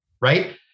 right